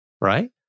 right